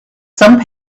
some